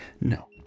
No